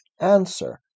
answer